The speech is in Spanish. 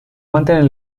mantener